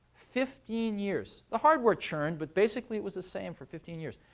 fifteen years. the hardware churned. but basically, it was the same for fifteen years.